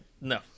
No